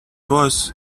was